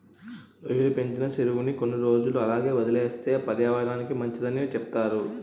రొయ్యలు పెంచిన సెరువుని కొన్ని రోజులు అలాగే వదిలేస్తే పర్యావరనానికి మంచిదని సెప్తారు